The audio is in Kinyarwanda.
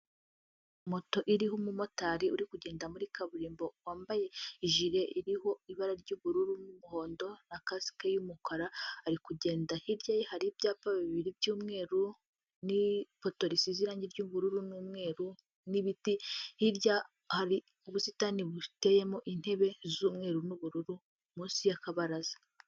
moto iriho umumotari uri kugenda muri kaburimbo wambaye ijile iriho ibara ry'ubururu n'umuhondo na kasike y'umukara ari kugenda hirya ye hari ibyapa bibiri by'umweru nfotosize irangi ry'ubururu n'umweru n'ibiti hirya hari ubusitani buteyemo intebe z'umweru n'ubururu munsi yakabaraza